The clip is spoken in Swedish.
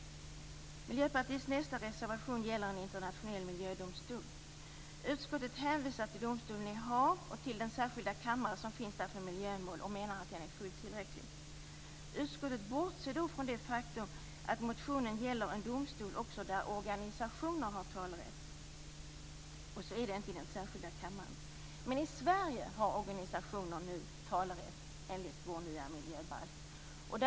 Miljöpartiets nästa reservation gäller en internationell miljödomstol. Utskottet hänvisar till domstolen i Haag och till den särskilda kammare som finns för miljömål och menar att den är fullt tillräcklig. Utskottet bortser då från det faktum att motionen gäller en domstol där också organisationer har talerätt. Så är det inte i den särskilda kammaren. Men i Sverige har organisationer nu talerätt enligt vår nya miljöbalk.